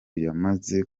yamaze